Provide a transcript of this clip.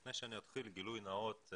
לפני שאני אתחיל גילוי נאות,